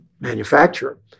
manufacturer